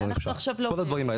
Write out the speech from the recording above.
תתקדם.